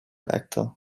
actor